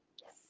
Yes